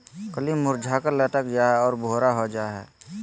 कली मुरझाकर लटक जा हइ और भूरा हो जा हइ